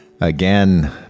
again